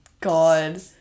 God